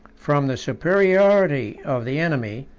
from the superiority of the enemy,